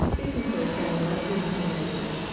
these include gay and lesbian teenagers,